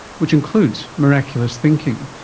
which includes miraculous thinking.